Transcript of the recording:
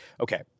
okay